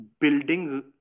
building